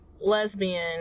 lesbian